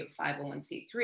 501c3